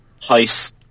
Heist